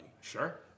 sure